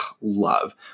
love